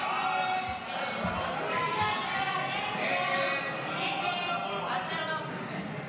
הסתייגות 192 לא נתקבלה.